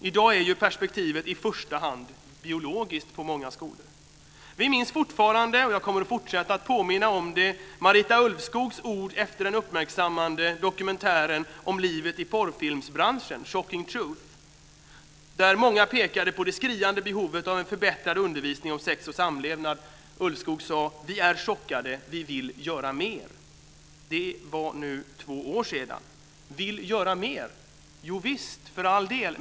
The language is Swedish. I dag är ju perspektivet i första hand biologiskt på många skolor. Vi minns fortfarande - och jag kommer att fortsätta att påminna om det - Marita Ulvskogs ord efter den uppmärksammade dokumentären om livet i porrfilmsbranschen, Shocking Truth. Där pekade många på det skriande behovet av en förbättrad undervisning om sex och samlevnad. Ulvskog sade: Vi är chockade. Vi vill göra mer. Det är nu två år sedan. Man vill göra mer. Jovisst, för all del.